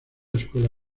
escuela